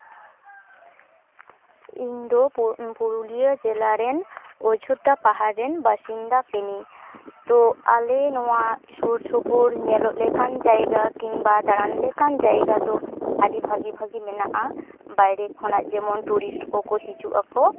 ᱤᱧ ᱫᱚ ᱯᱩᱨᱩᱞᱤᱭᱟᱹ ᱡᱮᱞᱟ ᱨᱮᱱ ᱚᱡᱳᱫᱽᱫᱷᱟ ᱯᱟᱦᱟᱲ ᱨᱮᱱ ᱵᱟᱥᱤᱱᱫᱟ ᱠᱟᱱᱟᱹᱧ ᱛᱚ ᱟᱞᱮ ᱱᱚᱣᱟ ᱥᱩᱨᱼᱥᱩᱯᱩᱨ ᱧᱮᱞᱚᱜ ᱞᱮᱠᱟᱱ ᱡᱟᱭᱜᱟ ᱠᱤᱝᱵᱟ ᱫᱟᱬᱟᱱ ᱞᱮᱠᱟᱱ ᱡᱟᱭᱜᱟ ᱫᱚ ᱟᱹᱰᱤ ᱵᱷᱟᱹᱜᱤ ᱵᱷᱟᱹᱜᱤ ᱢᱮᱱᱟᱜᱼᱟ ᱵᱟᱭᱨᱮ ᱠᱷᱚᱱᱟᱜ ᱡᱮᱢᱚᱱ ᱴᱩᱨᱤᱥᱴ ᱠᱚᱠᱚ ᱦᱤᱡᱩᱜᱼᱟᱠᱚ